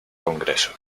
congreso